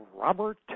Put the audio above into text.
Robert